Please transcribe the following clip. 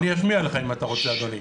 אני אשמיע לך, אם אתה רוצה, אדוני.